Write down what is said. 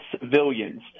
civilians